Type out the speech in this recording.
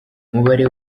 umubare